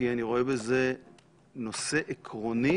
כי אני רואה בזה נושא עקרוני